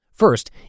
First